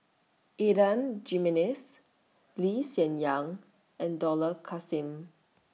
Adan Jimenez Lee Hsien Yang and Dollah Kassim